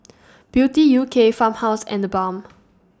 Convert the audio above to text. Beauty U K Farmhouse and TheBalm